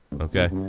Okay